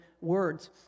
words